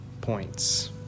points